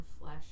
flesh